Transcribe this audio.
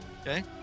Okay